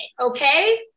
Okay